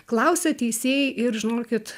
klausia teisėjai ir žinokit